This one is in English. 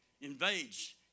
Invades